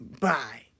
Bye